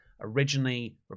Originally